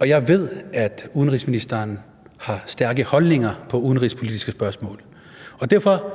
jeg ved, at udenrigsministeren har stærke holdninger i udenrigspolitiske spørgsmål. Derfor